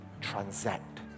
transact